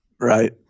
right